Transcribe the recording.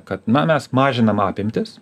kad na mes mažinam apimtis